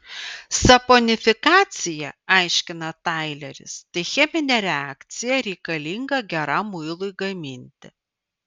saponifikacija aiškina taileris tai cheminė reakcija reikalinga geram muilui gaminti